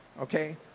Okay